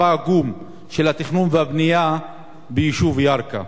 העגום של התכנון והבנייה ביישוב ירכא.